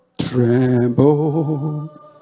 tremble